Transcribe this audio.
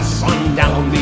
sundown